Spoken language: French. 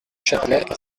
châtelet